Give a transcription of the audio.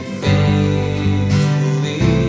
faithfully